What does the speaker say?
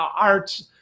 arts